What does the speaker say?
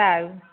સારું